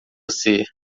ser